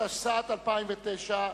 התשס"ט 2009,